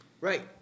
Right